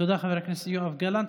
תודה, חבר הכנסת יואב גלנט.